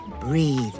Breathe